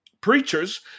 preachers